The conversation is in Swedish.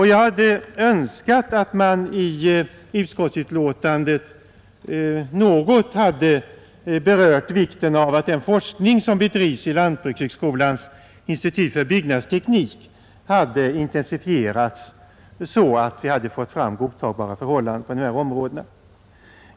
Jag hade önskat att man i utskottsbetänkandet något hade berört vikten av att den forskning som bedrivs vid lantbrukshögskolans institut för byggnadsteknik intensifieras så att vi kan få fram godtagbara förhållanden på dessa områden.